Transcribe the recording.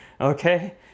okay